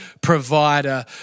provider